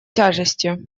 тяжестью